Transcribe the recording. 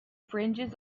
fringes